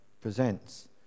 presents